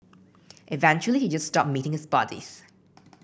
eventually he just stopped meeting his buddies